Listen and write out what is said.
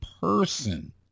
person